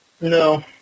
No